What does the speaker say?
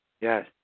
Yes